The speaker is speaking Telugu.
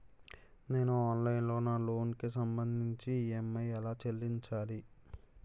నేను ఆన్లైన్ లో నా లోన్ కి సంభందించి ఈ.ఎం.ఐ ఎలా చెల్లించాలి?